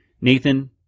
Nathan